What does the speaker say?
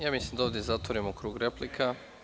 Ja mislim da ovde zatvorimo krug replika.